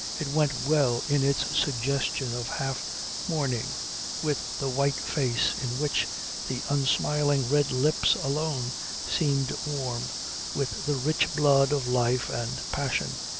it went well in its suggestion of half mourning with the white face in which the unsmiling red lips alone seemed warm with the rich blood of life and passion.